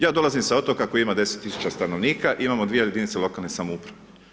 Ja dolazim sa otoka koji ima 10 000 stanovnika, imamo dvije jedinice lokalne samouprave.